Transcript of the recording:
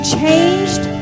changed